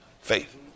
Faith